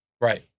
right